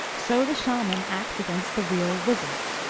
so the shaman acts against the real wizard.